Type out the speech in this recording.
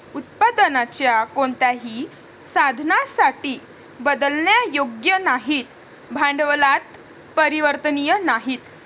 उत्पादनाच्या कोणत्याही साधनासाठी बदलण्यायोग्य नाहीत, भांडवलात परिवर्तनीय नाहीत